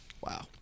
Wow